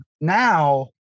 now